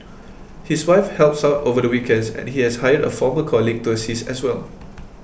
his wife helps out over the weekends and he has hired a former colleague to assist as well